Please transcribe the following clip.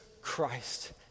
Christ